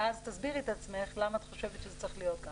ואז תסבירי את עצמך למה את חושבת שזה צריך להיות כך.